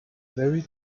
very